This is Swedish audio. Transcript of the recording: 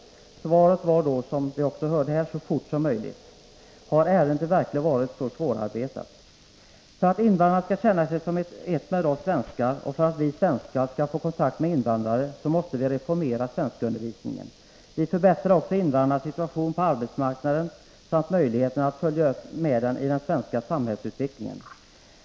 Svaret var då att resultat skulle redovisas så snart som möjligt. Har ärendet verkligen varit så svårarbetat? För att invandrarna skall känna sig som ett med oss svenskar och för att vi svenskar skall få kontakt med invandrarna, måste vi reformera svenskundervisningen. Vi förbättrar därigenom också invandrarnas situation på arbetsmarknaden samt deras möjligheter att följa med i den svenska samhällsutvecklingen.